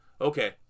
Okay